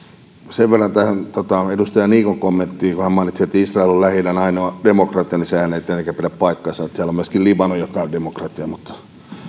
sen verran tähän edustaja niikon kommenttiin kun hän mainitsi että israel on lähi idän ainoa demokratia että sehän ei tietenkään pidä paikkansa siellä on myöskin libanon joka on demokratia mutta